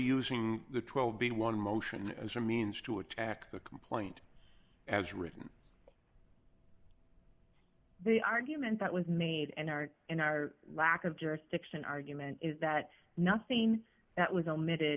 using the twelve b one motion as a means to attack the complaint as written the argument that was made in our in our lack of jurisdiction argument is that nothing that was